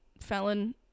felon